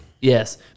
Yes